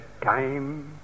time